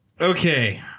Okay